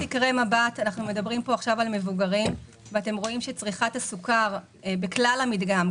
מדברים פה עכשיו על מבוגרים אתם רואים שצריכת הסוכר בכלל המדגם,